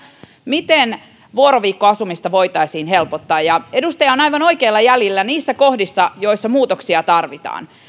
miten vuoroviikkoasumista voitaisiin helpottaa edustaja on aivan oikeilla jäljillä niissä kohdissa joissa muutoksia tarvitaan